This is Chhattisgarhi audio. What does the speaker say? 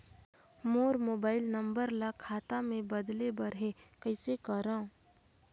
मोर मोबाइल नंबर ल खाता मे बदले बर हे कइसे करव?